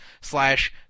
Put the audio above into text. slash